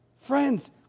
Friends